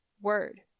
word